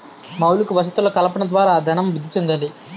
మౌలిక వసతులు కల్పన ద్వారా ధనం వృద్ధి చెందాలి